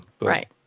Right